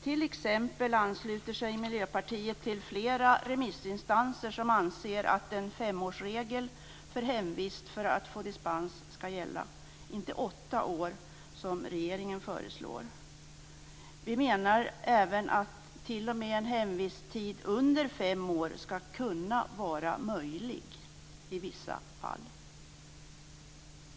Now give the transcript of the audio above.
Miljöpartiet ansluter sig t.ex. till flera remissinstanser som anser att en femårsregel för hemvist för att få dispens skall gälla, och inte åtta år som regeringen föreslår. Vi menar även att t.o.m. en hemvisttid under fem år skall kunna vara möjlig i vissa fall.